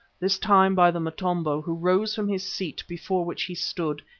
this time by the motombo, who rose from his seat before which he stood,